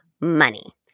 Money